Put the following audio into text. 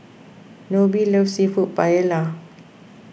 Nobie loves Seafood Paella